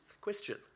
question